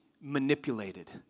manipulated